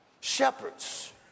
Shepherds